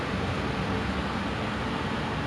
and I'm like same family same